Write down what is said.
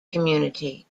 community